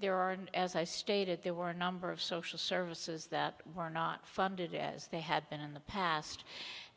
there are and as i stated there were a number of social services that were not funded as they had been in the past